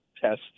tests